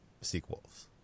sequels